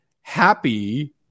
happy